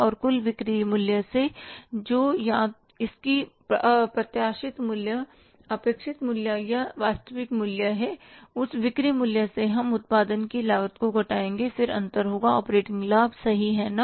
और कुल बिक्री मूल्य से जो या तो इसकी प्रत्याशित मूल्य अपेक्षित मूल्य या वास्तविक मूल्य है उस बिक्री मूल्य से हम उत्पादन की लागत को घटाएंगे फिर अंतर होगा ऑपरेटिंग लाभ सही है ना